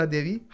Devi